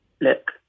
look